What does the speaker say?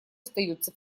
остается